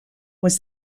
was